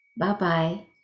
Bye-bye